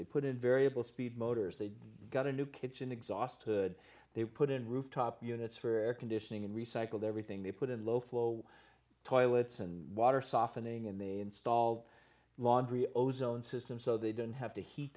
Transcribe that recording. they put in variable speed motors they got a new kitchen exhaust hood they put in rooftop units for ready air conditioning and recycle everything they put in low flow toilets and water softening in the installed laundry ozone system so they didn't have to heat